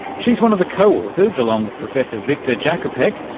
she's one of the co-authors, along with professor viktor jakupec,